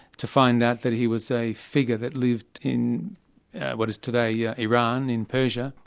to find that that he was a figure that lived in what is today yeah iran, in persia,